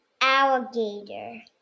Alligator